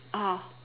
ah